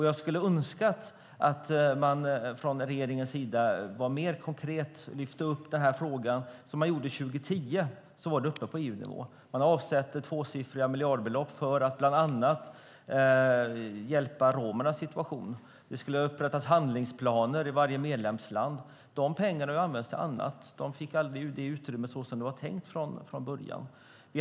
Jag skulle önska att man från regeringens sida var mer konkret och lyfte fram denna fråga som man gjorde 2010 då den var uppe på EU-nivå. Man avsätter tvåsiffriga miljardbelopp för att bland annat hjälpa romerna i deras situation. Det skulle upprättas handlingsplaner i varje medlemsland. Dessa pengar har använts till annat. De användes aldrig som det var tänkt från början.